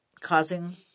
causing